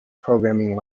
programming